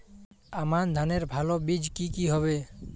আমান ধানের ভালো বীজ কি কি হবে?